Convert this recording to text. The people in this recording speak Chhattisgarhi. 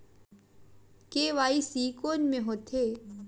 के.वाई.सी कोन में होथे?